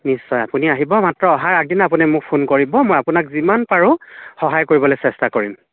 নিশ্চয় আপুনি আহিব মাত্ৰ অহাৰ আগদিনা আপুনি ফোন কৰিব মই আপোনাক যিমান পাৰোঁ সহায় কৰিবলৈ চেষ্টা কৰিম